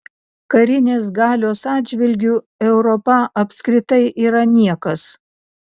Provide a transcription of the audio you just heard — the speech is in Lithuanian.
karinės galios atžvilgiu europa apskritai yra niekas